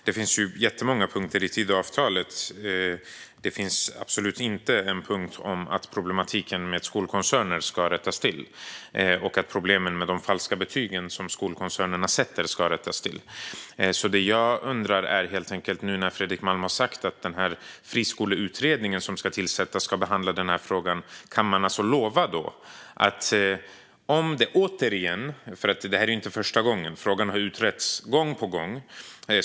Det finns jättemånga punkter i Tidöavtalet, men det finns absolut inte en punkt om att problemen med skolkoncerner ska rättas till och att problemen med de falska betygen som skolkoncernerna sätter ska rättas till. Fredrik Malm har sagt att friskoleutredningen som ska tillsättas ska behandla frågan. Det är inte första gången frågan utreds, utan den har utretts gång på gång.